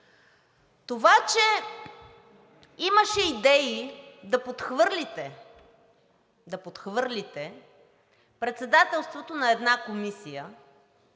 Това че имаше идеи да подхвърлите председателството на една комисия,